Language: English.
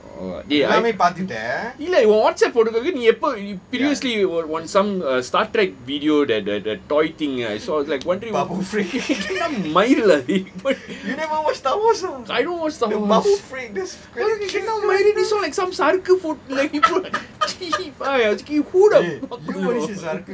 oh eh இல்ல உன்:illa un whatsapp account ல எப்போ:la nee eppo previously w~ was some star trek video that the the toy thing I saw was like wondering என்ன மயிருடா:enna mayiru da dei I don't watch star wars this one like some சாக்கு புறுக்கு:sarkku purukku